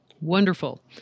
Wonderful